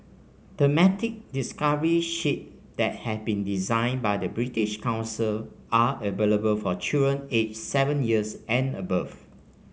thematic discovery sheets that have been designed by the British Council are available for children aged seven years and above